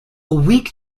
weak